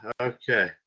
Okay